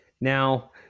Now